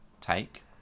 take